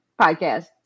Podcast